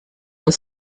the